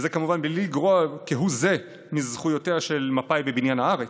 וזה כמובן בלי לגרוע כהוא זה מזכויותיה של מפא"י בבניין הארץ.